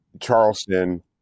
Charleston